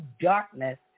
darkness